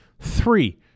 Three